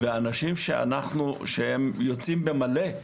ואנשים שהם יוצאים במלא,